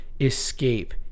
escape